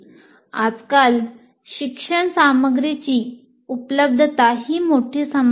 आजकाल शिक्षण सामग्रीची उपलब्धता ही मोठी समस्या नाही